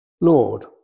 Lord